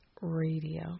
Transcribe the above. radio